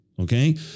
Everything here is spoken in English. Okay